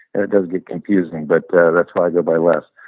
and it does get confusing but that's why i go by les.